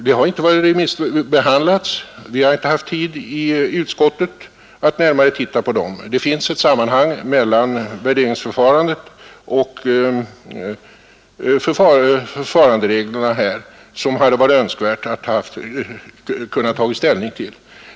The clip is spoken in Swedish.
Vi har inte heller haft tid i utskottet att närmare titta på detta. Det finns ett sammanhang mellan värderingsprinciperna och förfarandereglerna här som det hade varit önskvärt att på samma gång kunna ta ställning till.